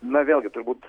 na vėlgi turbūt